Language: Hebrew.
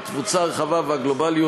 התפוצה הרחבה והגלובליות,